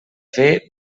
fer